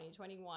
2021